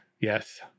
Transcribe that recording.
yes